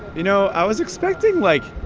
you know, i was expecting, like,